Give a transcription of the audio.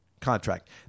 contract